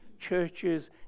churches